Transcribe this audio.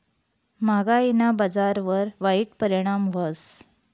म्हागायीना बजारवर वाईट परिणाम व्हस